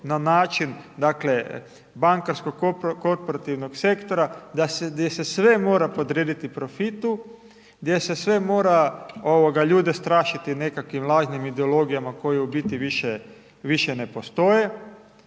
na način dakle bankarsko korporativnog sektora, da, gdje se sve mora podrediti profitu, gdje se sve mora ovoga ljude strašiti nekakvim lažnim ideologijama koje u biti više, više ne postoje